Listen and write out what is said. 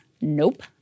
Nope